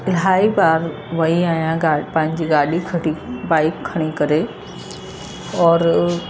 इलाही बार वई आहियां गा पंहिंजी गाॾी खणी बाइक खणी करे और